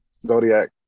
zodiac